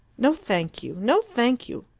no, thank you! no, thank you!